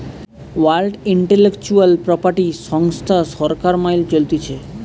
world intellectual property সংস্থা সরকার মাইল চলতিছে